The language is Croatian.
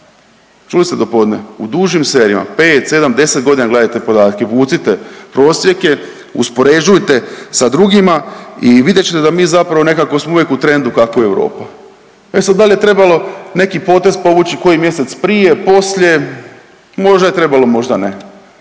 čuli ste dopodne, u dužim serijama, 5, 7, 10.g. gledajte podatke, vucite, prosjek je, uspoređujte sa drugima i vidjet ćete da mi zapravo nekako smo uvijek u trendu kako i Europa. E sad dal je trebalo neki potez povući koji mjesec prije, poslije, možda je trebalo, možda ne,